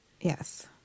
Yes